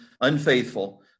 unfaithful